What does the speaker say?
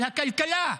על הכלכלה.